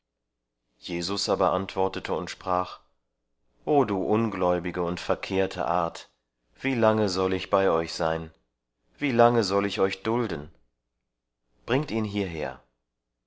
jesus aber antwortete und sprach o du ungläubige und verkehrte art wie lange soll ich bei euch sein wie lange soll ich euch dulden bringt ihn hierher